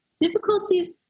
Difficulties